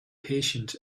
patient